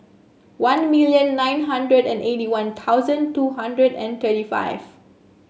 one million nine hundred and eighty One Thousand two hundred and thirty five